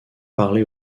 parler